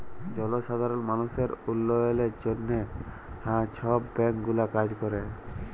জলসাধারল মালুসের উল্ল্যয়লের জ্যনহে হাঁ ছব ব্যাংক গুলা কাজ ক্যরে